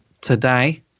today